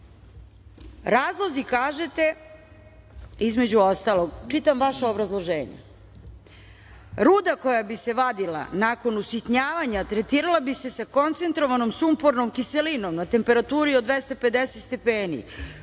razlozi, kažete, između ostalog, čitam vaše obrazloženje, ruda koja bi se vadila nakon usitnjavanja, tretirala bi se sa koncentrovanom sumpornom kiselinom na temperaturi od 250 stepeni,